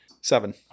Seven